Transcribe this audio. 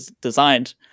designed